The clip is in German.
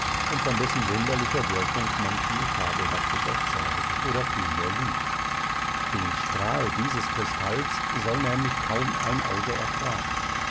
und von dessen wunderlicher wirkung man viel fabelhaftes erzählt oder vielmehr lügt den strahl dieses kristalls soll nämlich kaum ein auge ertragen